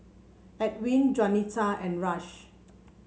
Edwin Juanita and Rush